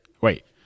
Wait